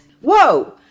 Whoa